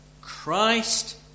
Christ